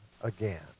again